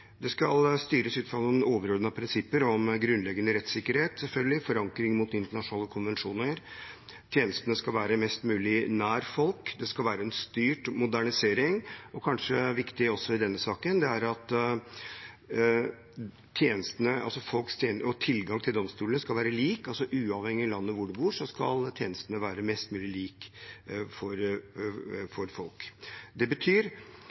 Det skal styres ut fra noen overordnede prinsipper, selvfølgelig ut fra grunnleggende rettssikkerhet og med forankring mot internasjonale konvensjoner. Tjenestene skal være mest mulig nær folk. Det skal være en styrt modernisering. I denne saken er det kanskje også viktig at tjenestene og folks tilgang til domstolene skal være lik uavhengig av hvor i landet man bor. Det betyr at vi på et slags prinsipielt grunnlag må insistere på at det